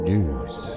News